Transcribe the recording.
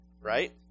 right